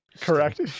Correct